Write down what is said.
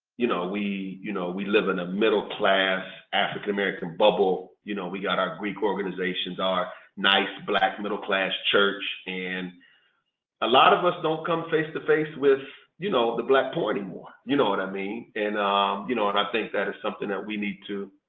you know we you know we live in a middle class african american bubble. you know we got our greek organizations, our nice, black, middle class church and a lot of us don't come face to face with you know the black poor anymore. you know and i mean you know and think that is something that we need to